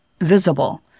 visible